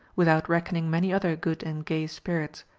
without reckoning many other good and gay spirits,